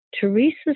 Teresa